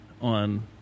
on